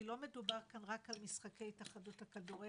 כי לא מדובר כאן רק על משחקי התאחדות הכדורגל,